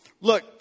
look